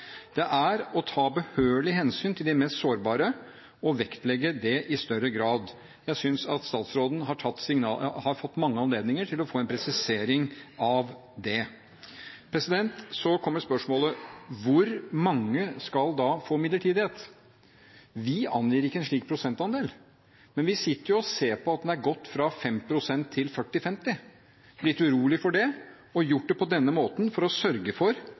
Det er å ta behørig hensyn til de mest sårbare og vektlegge det i større grad. Jeg synes at statsråden har fått mange anledninger til å få en presisering av det. Så kommer spørsmålet: Hvor mange skal da få midlertidighet? Vi angir ikke en slik prosentandel, men vi sitter jo og ser på at den har gått fra 5 pst. til 40–50 pst. Vi er litt urolige over det og har gjort det på denne måten for å sørge for